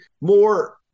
more –